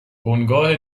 بنگاه